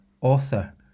author